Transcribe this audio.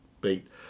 beat